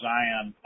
Zion